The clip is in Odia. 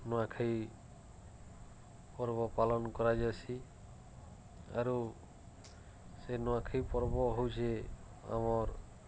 ନୂଆଖାଇ ପର୍ବ ପାଳନ୍ କରାଯାଏସି ଆରୁ ସେ ନୂଆଖାଇ ପର୍ବ ହଉଛେ ଆମର୍